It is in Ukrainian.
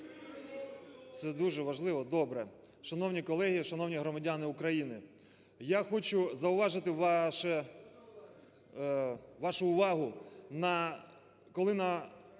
Це дуже важливо? Добре. Шановні колеги, шановні громадяни України, я хочу зауважити вашу увагу на… коли на